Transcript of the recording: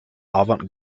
avant